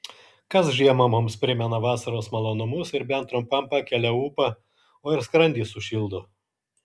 kas žiemą mums primena vasaros malonumus ir bent trumpam pakelią ūpą o ir skrandį sušildo